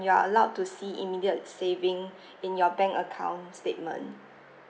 you are allowed to see immediate saving in your bank account statement